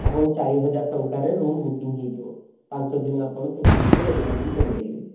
ଆପଣକୁ ଚାରି ହଜାର ଟଙ୍କାରେ ରୁମ୍ ବୁକିଂ ହେଇଯିବ ପାଞ୍ଚ ଦିନ ଆପଣ ଫାସିଲିଟି ଆଭେଲବଲ୍ କରି ପାରିବେ